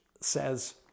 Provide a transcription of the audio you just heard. says